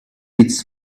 it’s